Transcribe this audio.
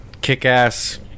kick-ass